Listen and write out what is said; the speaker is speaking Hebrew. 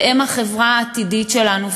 והם החברה העתידית שלנו.